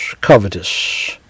covetous